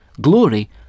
glory